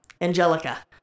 Angelica